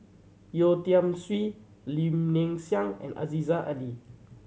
Yeo Tiam Siew Lim Ling and Aziza Ali